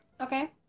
Okay